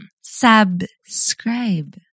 Subscribe